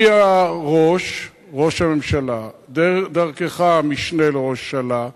מראש הממשלה, דרכך, המשנה לראש הממשלה,